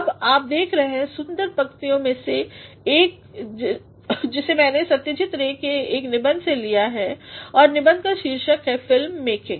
अब आप देख सकते हैं सुन्दर पंक्तियों में से एक जिसे मैने सत्यजीत रे केएक निबंध से लिया है और निबंध का शीर्षक है फिल्म मेकिंग